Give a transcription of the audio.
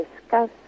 discuss